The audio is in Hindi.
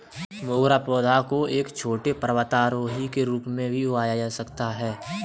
मोगरा पौधा को एक छोटे पर्वतारोही के रूप में भी उगाया जा सकता है